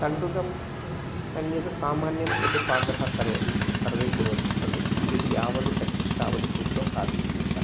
तण्डुलम् अन्यद् सामान्यं यद् पाकः करोति सर्वे कुर्वन्ति तद् किञ्चित् यावद् शक्यं तावद् कृत्वा खादितुम् इच्छामि